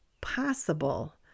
possible